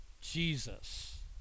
Jesus